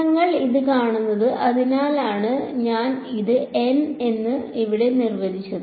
നിങ്ങൾ ഇത് കാണുന്നു അതിനാലാണ് ഞാൻ ഇത് n ഇവിടെ നിർവചിച്ചത്